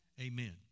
Amen